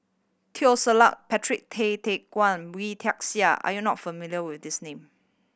Teo Ser Luck Patrick Tay Teck Guan Wee Tian Siak are you not familiar with these name